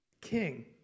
King